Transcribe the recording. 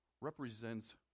represents